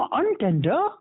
untender